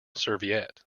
serviette